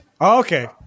Okay